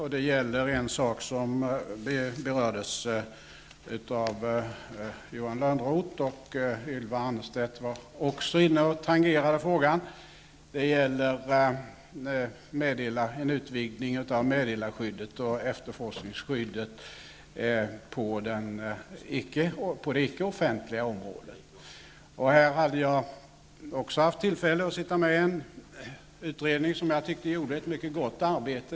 Det gäller en sak som berördes av Johan Lönnroth. Ylva Annerstedt var också inne och tangerade frågan. Det gäller en utvidgning av meddelarskyddet och efterforskningsskyddet på det ickeoffentliga området. Jag har också haft tillfälle att sitta med i en utredning som jag tycker har gjort ett gott arbete.